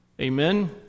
Amen